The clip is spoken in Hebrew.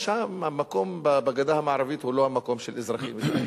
המקום בגדה המערבית הוא לא המקום של אזרחים ישראלים.